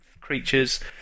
creatures